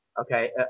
okay